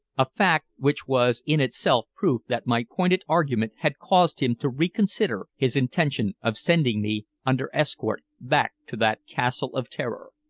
a fact which was in itself proof that my pointed argument had caused him to reconsider his intention of sending me under escort back to that castle of terror.